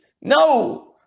No